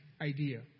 idea